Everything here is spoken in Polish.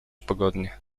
pogodnie